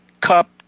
cup